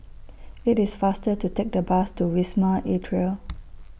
IT IS faster to Take The Bus to Wisma Atria